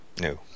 No